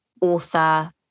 author